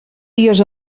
dies